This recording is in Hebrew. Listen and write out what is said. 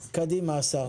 קדימה, השר.